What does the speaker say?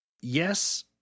Yes